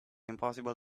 impossible